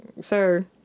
sir